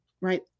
right